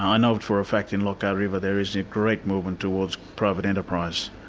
i know for a fact in lockhart river there is a great movement towards private enterprise,